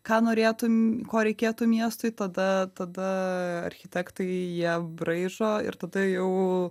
ką norėtum ko reikėtų miestui tada tada architektai jie braižo ir tada jau